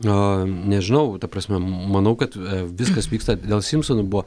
na nežinau ta prasme manau kad viskas vyksta dėl simsonų buvo